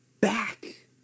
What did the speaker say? back